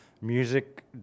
music